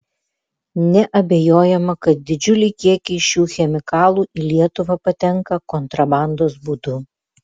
neabejojama kad didžiuliai kiekiai šių chemikalų į lietuvą patenka kontrabandos būdu